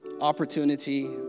opportunity